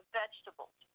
vegetables